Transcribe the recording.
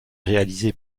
réalisé